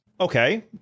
Okay